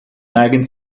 neigen